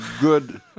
good